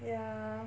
ya